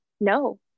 No